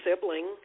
sibling